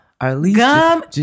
gum